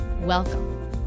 Welcome